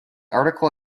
article